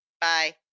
bye